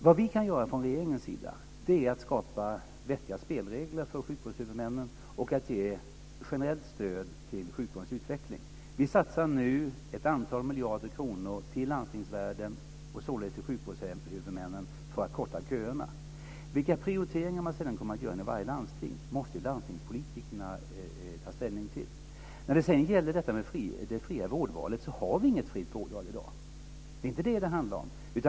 Vad vi kan göra från regeringens sida är att skapa vettiga spelregler för sjukvårdshuvudmännen och att ge ett generellt stöd till sjukvårdens utveckling. Vi satsar nu ett antal miljarder kronor som ska gå till landstingsvärlden, och således till sjukvårdshuvudmännen, för att korta köerna. Vilka prioriteringar man sedan kommer att göra inom varje landsting måste ju landstingspolitikerna ta ställning till. När det sedan gäller detta med det fria vårdvalet har vi inget fritt vårdval i dag. Det är inte detta det handlar om.